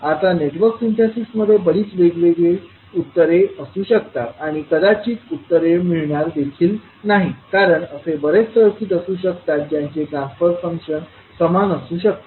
आता नेटवर्क सिंथेसिसमध्ये बरीच वेगवेगळी उत्तरे असू शकतात किंवा कदाचित उत्तरे मिळणार देखील नाहीत कारण असे बरेच सर्किट असू शकतात ज्यांचे ट्रान्सफर फंक्शन समान असू शकते